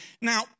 Now